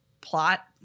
plot